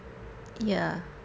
ya